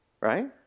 Right